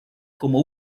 como